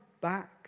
back